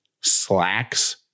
slacks